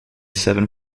seven